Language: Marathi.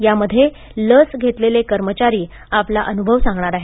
यामध्ये लस घेतलेले कर्मचारी आपला अनुभव सांगणार आहेत